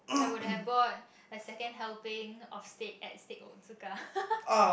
I would have bought a second helping of state at Steak-Otsuka